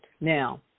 Now